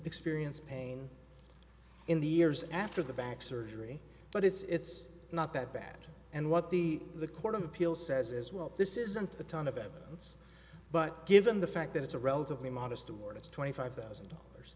experience pain in the years after the back surgery but it's not that bad and what the the court of appeal says is well this isn't a ton of evidence but given the fact that it's a relatively modest award it's twenty five thousand dollars